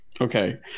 Okay